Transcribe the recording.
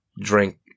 drink